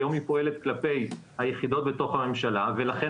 היום היא פועלת כלפי היחידות בתוך הממשלה ולכן